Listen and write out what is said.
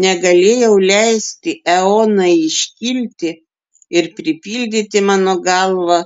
negalėjau leisti eonai iškilti ir pripildyti mano galvą